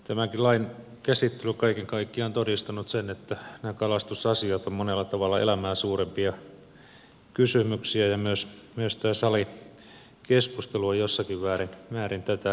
tämänkin lain käsittely kaiken kaikkiaan on todistanut sen että kalastusasiat ovat monella tavalla elämää suurempia kysymyksiä ja myös tämä salikeskustelu on jossakin määrin tätä samaa todistanut